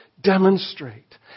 demonstrate